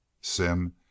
Sim